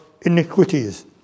iniquities